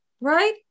Right